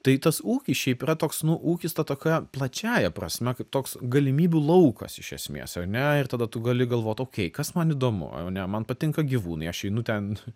tai tas ūkis šiaip yra toks nu ūkis ta tokia plačiąja prasme kaip toks galimybių laukas iš esmės ar ne ir tada tu gali galvot okei kas man įdomu ane man patinka gyvūnai aš einu ten